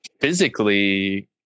Physically